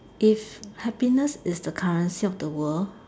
if happiness is the currency of the world